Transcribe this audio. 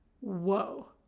Whoa